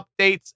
updates